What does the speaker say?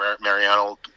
Mariano